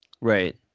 Right